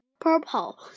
purple